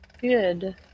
good